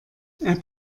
app